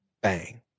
Bang